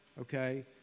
Okay